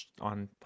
on